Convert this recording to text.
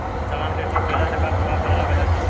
समान के स्टोर काइला से का प्रभाव परे ला बाजार के ऊपर?